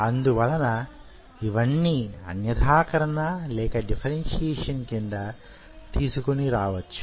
అందువలన ఇవన్నీ అన్యధాకరణ లేక డిఫరెన్షియేషన్ క్రిందకు తీసుకొనిరావచ్చు